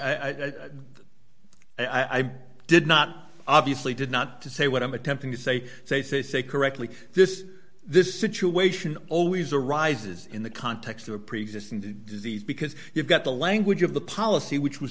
i'm did not obviously did not to say what i'm attempting to say say say say correctly this this situation always arises in the context of a preexisting the disease because you've got the language of the policy which was